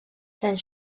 sent